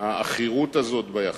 העכירות הזאת ביחסים,